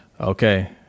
okay